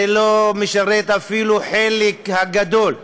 זה לא משרת אפילו את החלק הגדול באופוזיציה,